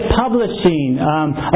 publishing